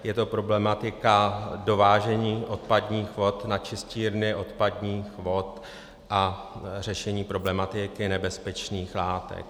Je to problematika dovážení odpadních vod na čistírny odpadních vod a řešení problematiky nebezpečných látek.